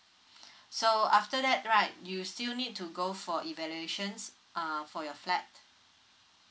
so after that right you'll still need to go for evaluations uh for your flat